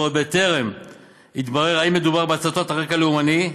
ועוד בטרם התברר אם מדובר בהצתות על רקע לאומני,